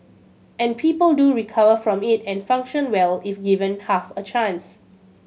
and people do recover from it and function well if given half a chance